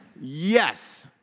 Yes